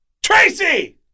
Tracy